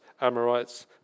Amorites